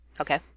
Okay